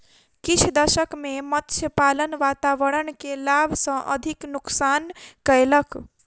किछ दशक में मत्स्य पालन वातावरण के लाभ सॅ अधिक नुक्सान कयलक